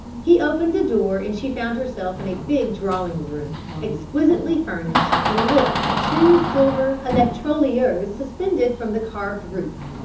he opened a door and she found herself in a big drawing-room, exquisitely furnished and lit by two silver electroliers suspended from the carved roof.